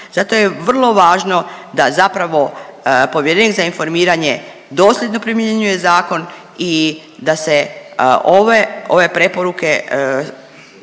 Zato je vrlo važno da zapravo povjerenik za informiranje dosljedno primjenjuje zakon i da se ove, ove preporuke